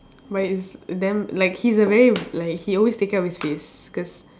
but he's damn like he's a very like he always take care of his face cause